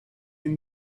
and